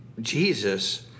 Jesus